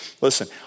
Listen